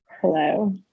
Hello